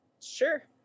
Sure